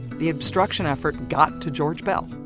the obstruction effort got to george beall.